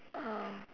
um